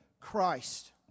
Christ